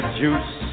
juice